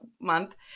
month